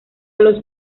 los